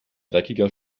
dreckiger